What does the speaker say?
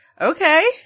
Okay